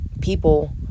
people